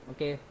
Okay